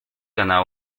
ganaba